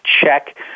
check